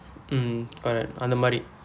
um correct அந்த மாதிரி:andtha maathiri